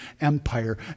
Empire